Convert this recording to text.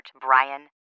Brian